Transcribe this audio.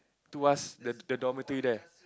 tuas the the dormitory there